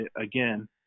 again